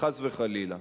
חס וחלילה.